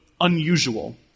unusual